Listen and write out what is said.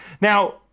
now